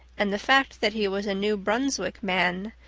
and the fact that he was a new brunswick man,